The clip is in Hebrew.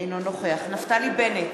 אינו נוכח נפתלי בנט,